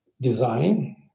design